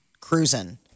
cruising